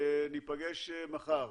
ניפגש מחר.